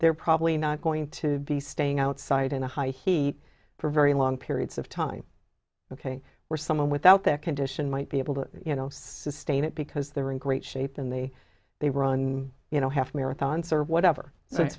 they're probably not going to be staying outside in the high heat for very long periods of time ok we're someone without that condition might be able to you know sustain it because they're in great shape and they they run you know half marathon serve whatever